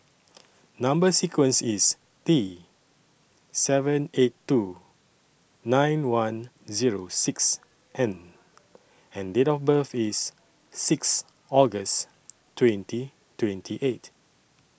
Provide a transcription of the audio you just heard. Number sequence IS T seven eight two nine one Zero six N and Date of birth IS six August twenty twenty eight